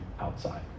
outside